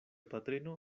patrino